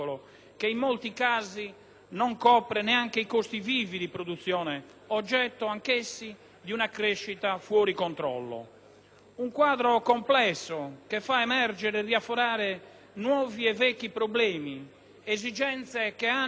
non copre neanche i costi vivi di produzione, oggetto anch'essi di una crescita fuori controllo. Un quadro complesso che fa emergere e riaffiorare nuovi e vecchi problemi, esigenze che hanno origini lontane